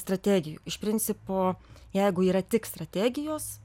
strategijų iš principo jeigu yra tik strategijos